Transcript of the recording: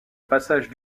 passage